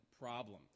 problem